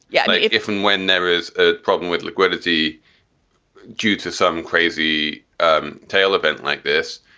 yeah but if if and when there is a problem with liquidity due to some crazy ah tail event like this,